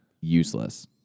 useless